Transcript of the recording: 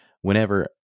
whenever